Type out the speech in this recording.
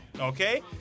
Okay